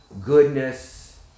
goodness